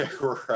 right